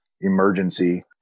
emergency